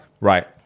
right